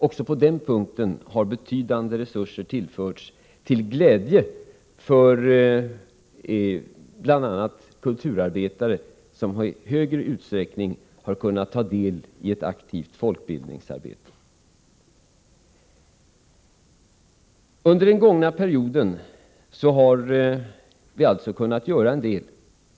Också på den punkten har betydande resurser tillförts, till glädje för bl.a. kulturarbetare som i högre utsträckning har kunnat ta del i ett aktivt folkbildningsarbete. Under den gångna perioden har vi alltså kunnat göra en del.